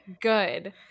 good